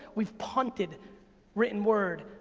we've punted written word.